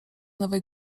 nowej